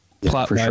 plot